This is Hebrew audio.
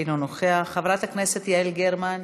אינו נוכח, חברת הכנסת יעל גרמן,